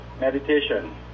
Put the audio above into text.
meditation